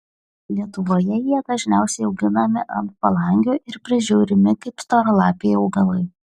lietuvoje jie dažniausiai auginami ant palangių ir prižiūrimi kaip storalapiai augalai